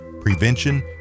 prevention